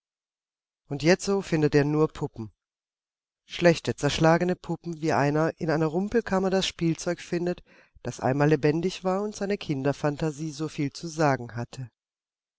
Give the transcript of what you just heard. und jetzo findet er nur puppen schlechte zerschlagene puppen wie einer in einer rumpelkammer das spielzeug findet das einmal lebendig war und seiner kinderphantasie so viel zu sagen hatte